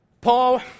paul